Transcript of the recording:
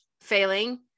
failing